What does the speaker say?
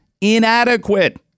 Inadequate